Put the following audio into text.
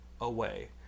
away